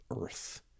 earth